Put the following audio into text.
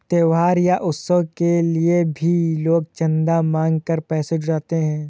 त्योहार या उत्सव के लिए भी लोग चंदा मांग कर पैसा जुटाते हैं